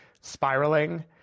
spiraling